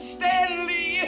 Stanley